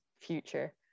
future